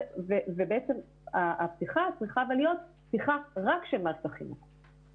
ובעצם הפתיחה צריכה להיות פתיחה רק של מערכת החינוך.